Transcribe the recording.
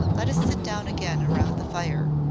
let us sit down again round the fire.